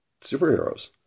superheroes